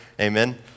Amen